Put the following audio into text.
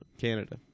Canada